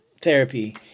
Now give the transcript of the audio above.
therapy